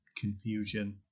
confusion